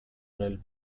nel